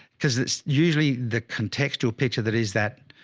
cause it's usually the contextual picture that is that